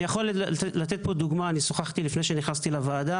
אני יכול לתת פה דוגמה: לפני שנכנסתי לוועדה